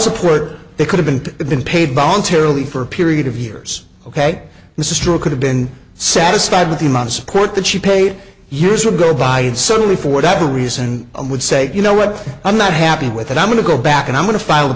support they could have been to have been paid voluntarily for a period of years ok this is true it could have been satisfied with the months of court that she paid years ago by and suddenly for whatever reason i would say you know what i'm not happy with it i'm going to go back and i'm going to file